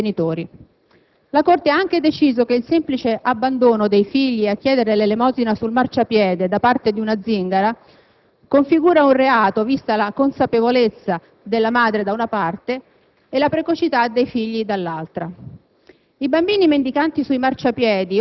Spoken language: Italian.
Spesso questi sfruttatori sono proprio i genitori. La Corte ha anche deciso che il semplice abbandono dei figli a chiedere l'elemosina sul marciapiede da parte di una zingara configura un reato, vista la consapevolezza della madre da una parte e la precocità dei figli dall'altra.